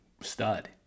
stud